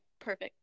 perfect